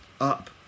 up